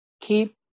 Keep